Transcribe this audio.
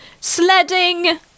Sledding